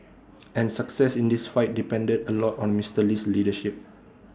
and success in this fight depended A lot on Mister Lee's leadership